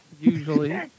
Usually